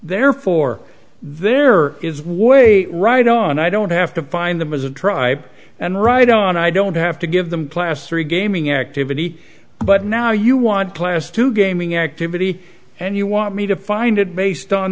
therefore there is war a right on i don't have to bind them as a tribe and right on i don't have to give them class three gaming activity but now you want class to gaming activity and you want me to find it based on